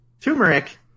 turmeric